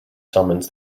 summons